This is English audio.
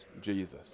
Jesus